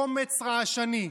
קומץ רעשני,